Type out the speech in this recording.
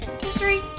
history